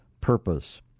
purpose